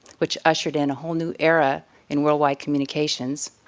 which ushered in a whole new era in worldwide communications,